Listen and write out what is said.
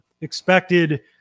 expected